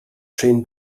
train